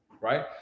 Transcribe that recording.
right